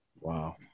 Wow